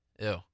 ew